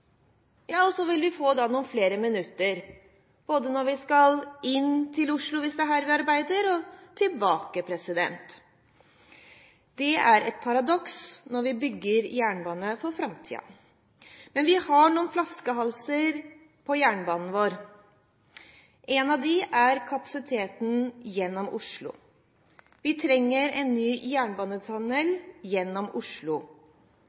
og vi vil få noen flere minutters reisetid både når vi skal inn til Oslo, hvis det er her vi arbeider, og når vi skal tilbake. Det er et paradoks når vi bygger jernbane for framtiden. Men vi har noen flaskehalser på jernbanen vår. En av dem er kapasiteten gjennom Oslo. Vi trenger en ny jernbanetunnel gjennom Oslo.